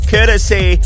Courtesy